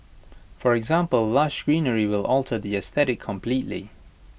for example lush greenery will alter the aesthetic completely